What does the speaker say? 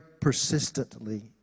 persistently